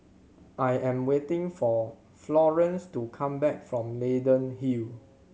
I am waiting for Florance to come back from Leyden Hill